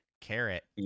carrot